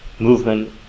movement